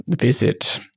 visit